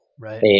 Right